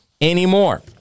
anymore